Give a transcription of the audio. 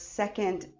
second